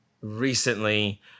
recently